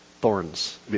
Thorns